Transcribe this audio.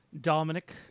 Dominic